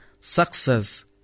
success